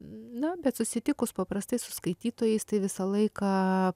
na bet susitikus paprastai su skaitytojais tai visą laiką